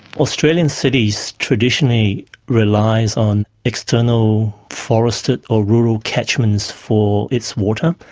australian cities traditionally rely on external forested or rural catchments for its water.